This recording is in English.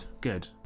good